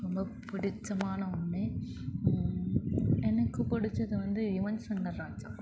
ரொம்ப பிடிச்சமான ஒன்று எனக்கு பிடிச்சது வந்து யுவன் சங்கர் ராஜா